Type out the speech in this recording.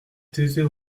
taisait